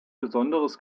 besonderes